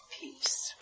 peace